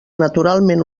naturalment